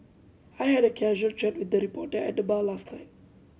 I had a casual chat with a reporter at the bar last night